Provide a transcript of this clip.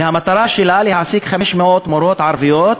שהמטרה שלה להעסיק 500 מורות ערביות